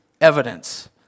evidence